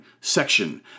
section